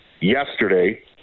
yesterday